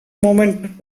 moment